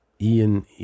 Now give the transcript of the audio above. Ian